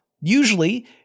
Usually